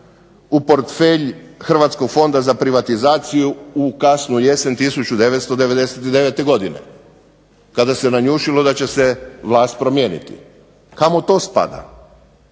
u portfelj Hrvatskog fonda za privatizaciju u kasnu jesen 1999. godine, kada se nanjušilo da će se vlast promijeniti, kamo to spada?